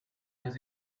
does